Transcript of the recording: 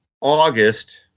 August